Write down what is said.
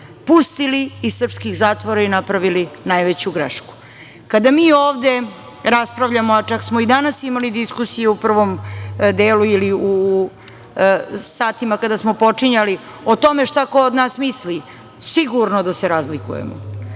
pustili iz srpskih zatvora i napravili najveću grešku. Kada mi ovde raspravljamo a čak smo i danas imali diskusiju u prvom delu ili u satima kada smo počinjali o tome šta ko od nas misli,, sigurno da se razlikujemo.